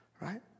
Right